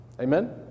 Amen